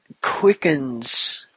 quickens